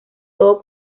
todo